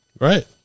Right